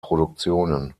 produktionen